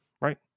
Right